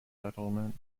settlement